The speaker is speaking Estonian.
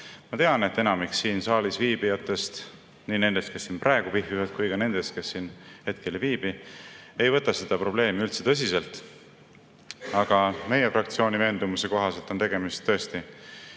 Ma tean, et enamik siin saalis viibijatest – nii need, kes siin praegu viibivad, kui ka need, kes siin hetkel ei viibi – ei võta seda probleemi üldse tõsiselt. Aga meie fraktsiooni veendumuse kohaselt on tegemist